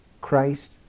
Christ